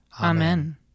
Amen